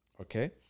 Okay